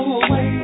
away